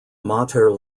mater